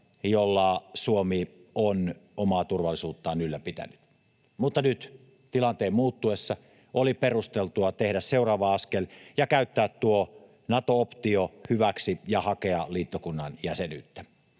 jolla Suomi on omaa turvallisuuttaan ylläpitänyt. Mutta nyt, tilanteen muuttuessa, oli perusteltua tehdä seuraava askel ja käyttää tuo Nato-optio hyväksi ja hakea liittokunnan jäsenyyttä.